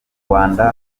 rwanda